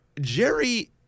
Jerry